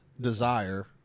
desire